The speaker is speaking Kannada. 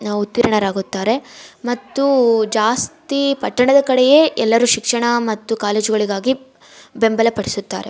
ಉತ್ತೀರ್ಣರಾಗುತ್ತಾರೆ ಮತ್ತು ಜಾಸ್ತಿ ಪಟ್ಟಣದ ಕಡೆಯೇ ಎಲ್ಲರೂ ಶಿಕ್ಷಣ ಮತ್ತು ಕಾಲೇಜುಗಳಿಗಾಗಿ ಬೆಂಬಲ ಪಡಿಸುತ್ತಾರೆ